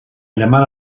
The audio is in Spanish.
llamar